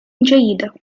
جيدة